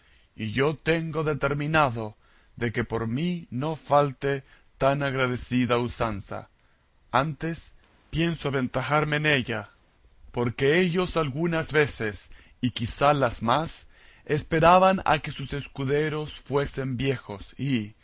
y yo tengo determinado de que por mí no falte tan agradecida usanza antes pienso aventajarme en ella porque ellos algunas veces y quizá las más esperaban a que sus escuderos fuesen viejos y